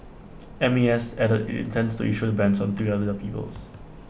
M A S added IT intends to issue the bans on three other peoples